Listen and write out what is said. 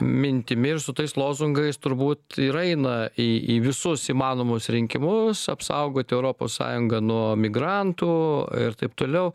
mintimi ir su tais lozungais turbūt ir eina į į visus įmanomus rinkimus apsaugoti europos sąjungą nuo migrantų ir taip toliau